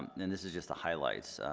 and this is just the highlights.